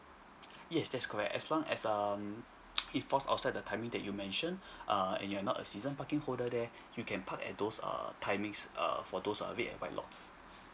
yes that's correct as long as um if falls outside the timing that you mentioned err and you're not a season parking holder there you can park at those err timings err for those err red and white lots